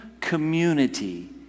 community